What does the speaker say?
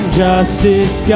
justice